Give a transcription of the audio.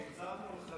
כשהצענו לך,